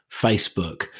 Facebook